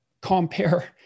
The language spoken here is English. compare